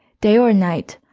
day or night,